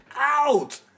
out